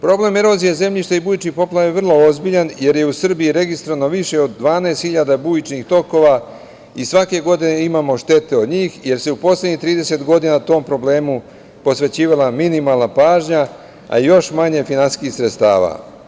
Problem erozije zemljišta i bujičnih poplava je vrlo ozbiljan jer je u Srbiji registrovano više od 12 hiljada bujičnih tokova i svake godine imamo štete od njih, jer se u poslednjih 30 godina tom problemu posvećivala minimalna pažnja, a još manje finansijskih sredstava.